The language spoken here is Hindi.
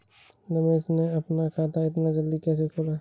रमेश ने अपना खाता इतना जल्दी कैसे खोला?